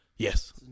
Yes